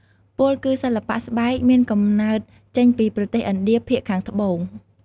ពោលគឺសិល្បៈស្បែកមានកំណើតចេញពីប្រទេសឥណ្ឌាភាគខាងត្បូង ។